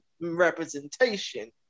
representation